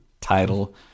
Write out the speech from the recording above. title